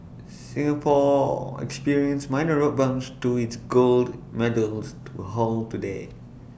Singapore experienced minor road bumps to its gold medals we're haul today